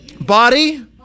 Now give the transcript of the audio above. Body